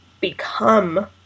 become